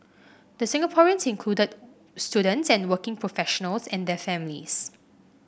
the Singaporeans included students and working professionals and their families